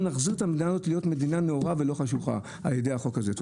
על ידי החוק הזה אנחנו צריכים להחזיר את